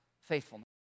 faithfulness